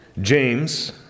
James